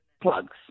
Plugs